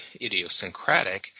idiosyncratic